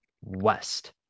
West